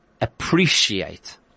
appreciate